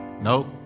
Nope